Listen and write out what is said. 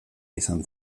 izan